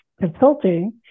Consulting